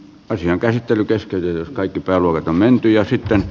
asian käsittely keskeytyy jos kaikki pellolle komeimpia siitä